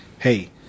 hey